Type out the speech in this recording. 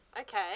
Okay